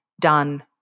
done